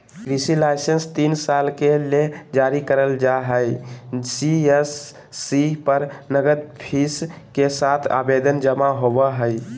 कृषि लाइसेंस तीन साल के ले जारी करल जा हई सी.एस.सी पर नगद फीस के साथ आवेदन जमा होवई हई